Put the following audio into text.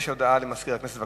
הודעה למזכיר הכנסת.